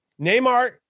Neymar